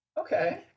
Okay